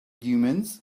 humans